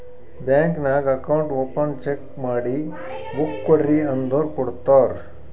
bank ನಾಗ್ account open check ಮಾಡಿ book ಕೊಡ್ರಿ ಅಂದುರ್ ಕೊಡ್ತಾರ್